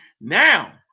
now